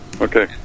Okay